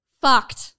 Fucked